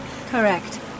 correct